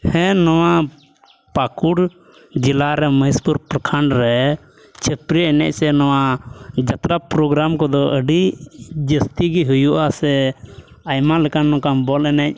ᱦᱮᱸ ᱱᱚᱣᱟ ᱯᱟᱠᱩᱲ ᱡᱮᱞᱟ ᱨᱮ ᱢᱚᱦᱮᱥᱯᱩᱨ ᱯᱨᱚᱠᱷᱚᱸᱰ ᱨᱮ ᱪᱷᱟᱹᱯᱨᱤ ᱮᱱᱮᱡ ᱥᱮ ᱱᱚᱣᱟ ᱡᱟᱛᱨᱟ ᱯᱨᱳᱜᱨᱟᱢ ᱠᱚᱫᱚ ᱟᱹᱰᱤ ᱡᱟᱹᱥᱛᱤ ᱜᱮ ᱦᱩᱭᱩᱜᱼᱟ ᱥᱮ ᱟᱭᱢᱟ ᱞᱮᱠᱟᱱ ᱱᱚᱝᱠᱟ ᱵᱚᱞ ᱮᱱᱮᱡ